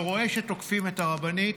ורואה שתוקפים את הרבנית,